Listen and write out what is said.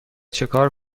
چکار